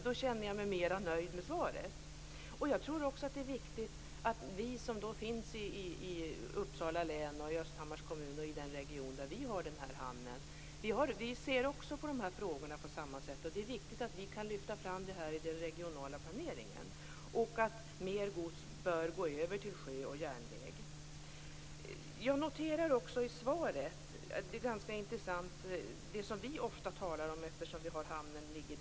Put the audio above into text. Då känner jag mig mer nöjd med svaret. Jag tror också att det är viktigt att vi i Uppsala län och Östhammars kommun, där den här hamnen finns, ser på dessa frågor på samma sätt. Det är viktigt att vi kan lyfta fram detta i den regionala planeringen. Mer gods bör gå över till sjöfart och järnväg. Jag noterar också en annan intressant sak i svaret. Eftersom hamnen ligger där den ligger talar vi ofta om Östersjötrafiken.